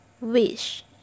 Wish